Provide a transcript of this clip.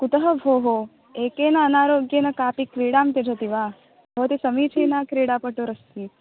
कुतः भोः एकेन अनारोग्येन कापि क्रीडां त्यजति वा भवति समीचिना क्रीडापटुरस्ति